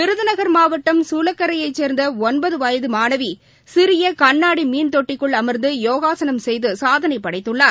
விருதுநகர் மாவட்டம் சூலக்கரையைச் சென்ந்தஒன்பதுவயதுமாணவிசிறியகண்ணாடிமீன் தொட்டிக்குள் அமர்ந்துயோகாசனம் செய்துசாதனைபடைத்துள்ளார்